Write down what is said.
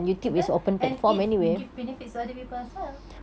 betul and it give benefits to other people as well